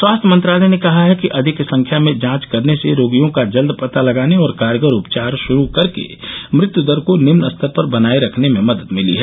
स्वास्थ्य मंत्रालय ने कहा है कि अधिक संख्या में जांच करने से रोगियों का जल्द पता लगाने और कारगर उपचार शुरू करके मृत्युदर को निम्न स्तर पर बनाये रखने में मदद मिली है